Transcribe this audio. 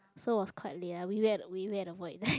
so was quite late ah we wait we wait at the void deck